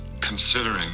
considering